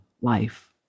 life